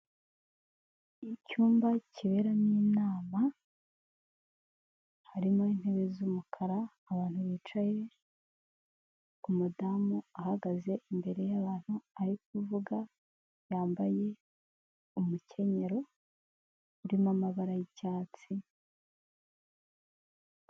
Icyumba kiberamo inama harimo intebe z'umukara, abantu bicaye, umudamu ahagaze imbere y'abantu ari kuvuga, yambaye umukenyero urimo amabara y'icyatsi.